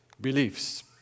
beliefs